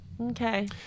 Okay